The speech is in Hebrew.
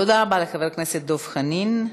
תודה רבה לחבר הכנסת דב חנין.